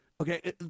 Okay